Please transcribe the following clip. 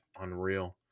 Unreal